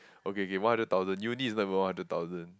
okay okay one hundred thousand uni is not even one hundred thousand